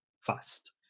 fast